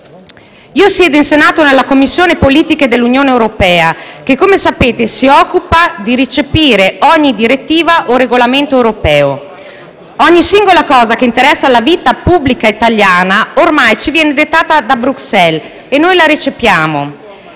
Io sono membro della Commissione politiche dell'Unione europea, che, come sapete, si occupa di recepire ogni direttiva o regolamento europeo. Ogni singola cosa che interessa la vita pubblica italiana ormai ci viene dettata da Bruxelles e noi la recepiamo.